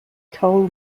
coal